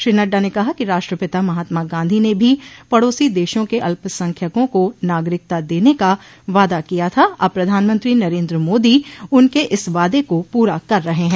श्री नड़डा ने कहा कि राष्ट्रपिता महात्मा गांधी ने भी पड़ोसी देशों के अल्पसंख्यकों को नागरिकता देने का वादा किया था अब प्रधानमंत्री नरेन्द्र मोदी उनके इस वादे को पूरा कर रहे हैं